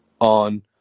on